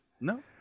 No